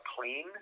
clean